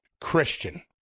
Christian